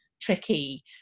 tricky